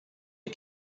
you